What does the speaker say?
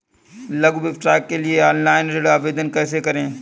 लघु व्यवसाय के लिए ऑनलाइन ऋण आवेदन कैसे करें?